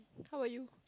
how about you